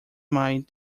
mind